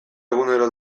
egunero